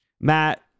Matt